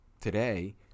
today